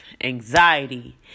anxiety